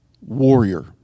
warrior